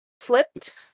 flipped